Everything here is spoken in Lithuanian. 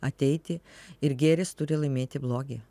ateiti ir gėris turi laimėti blogį